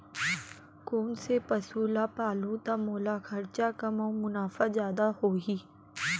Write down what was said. कोन से पसु ला पालहूँ त मोला खरचा कम अऊ मुनाफा जादा होही?